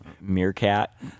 meerkat